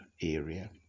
area